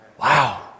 Wow